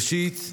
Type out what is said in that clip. ראשית,